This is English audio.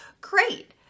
great